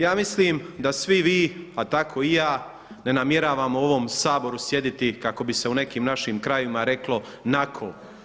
Ja mislim da svi vi, a tako i ja ne namjeravamo u ovom Saboru sjediti kako bi se u nekim našim krajevima reko nako.